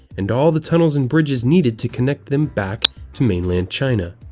and all the tunnels and bridges needed to connect them back to mainland china.